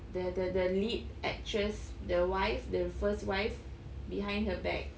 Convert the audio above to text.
the the the lead actress the wife the first wife behind her back